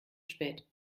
spät